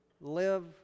live